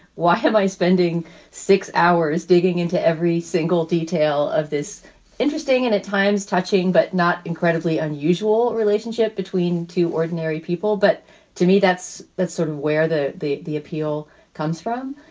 why have i spending six hours digging into every single detail of this interesting and at times touching but not incredibly unusual relationship between two ordinary people. but to me, that's that's sort of where the the the appeal comes from.